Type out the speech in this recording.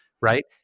Right